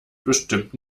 bestimmt